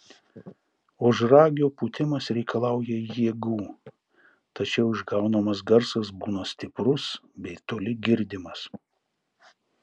ožragio pūtimas reikalauja jėgų tačiau išgaunamas garsas būna stiprus bei toli girdimas